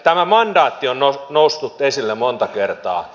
tämä mandaatti on noussut esille monta kertaa